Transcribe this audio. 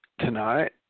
Tonight